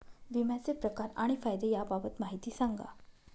विम्याचे प्रकार आणि फायदे याबाबत माहिती सांगा